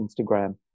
Instagram